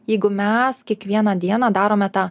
jeigu mes kiekvieną dieną darome tą